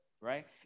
Right